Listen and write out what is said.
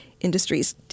industries